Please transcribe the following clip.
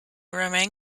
remain